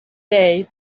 day